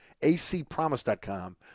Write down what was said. acpromise.com